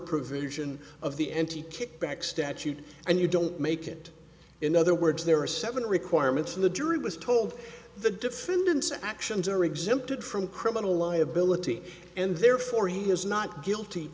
provision of the n t kickback statute and you don't make it in other words there are seven requirements of the jury was told the defendant's actions are exempted from criminal liability and therefore he is not guilty